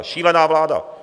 Šílená vláda!